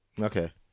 Okay